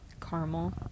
Caramel